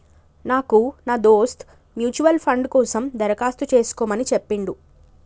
నాకు నా దోస్త్ మ్యూచువల్ ఫండ్ కోసం దరఖాస్తు చేసుకోమని చెప్పిండు